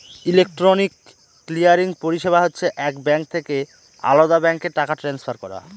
electronic clearing পরিষেবা হচ্ছে এক ব্যাঙ্ক থেকে আলদা ব্যাঙ্কে টাকা ট্রান্সফার করা